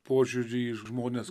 požiūry į žmones